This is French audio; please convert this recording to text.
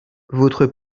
votre